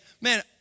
man